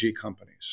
companies